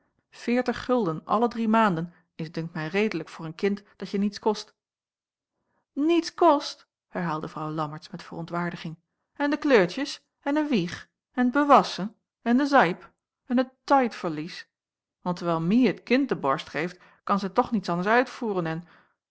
veertig gulden alle drie maanden is dunkt mij redelijk voor een kind datje niets kost niets kost herhaalde vrouw lammertsz met verontwaardiging en de kleertjens en een wieg en het bewasschen en de zeip en het taidverlies want terwijl mie het kind de borst geeft kan zij toch niets anders uitvoeren en